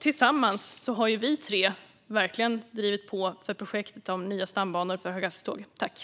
Tillsammans har vi tre verkligen drivit på för projektet med nya stambanor och för höghastighetståg.